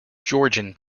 georgian